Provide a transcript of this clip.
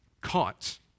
caught